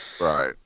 right